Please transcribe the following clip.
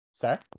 sir